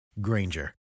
Granger